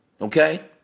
Okay